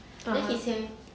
(uh huh)